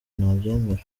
ntabyemera